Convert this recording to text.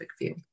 view